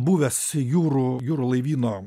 buvęs jūrų jūrų laivyno